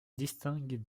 distinguent